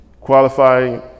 Qualifying